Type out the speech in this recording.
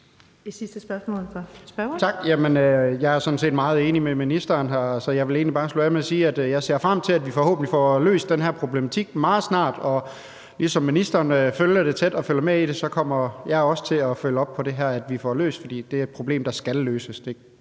set meget enig med ministeren, så jeg vil egentlig bare slutte af med at sige, at jeg ser frem til, at vi forhåbentlig får løst den her problematik meget snart. Og ligesom ministeren følger det tæt og følger med i det, kommer jeg også til at følge op på det her, altså at vi får løst det, for det er et problem, der skal løses.